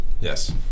Yes